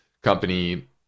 company